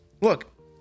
look